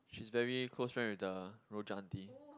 she's very close friend with the rojak aunty